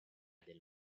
del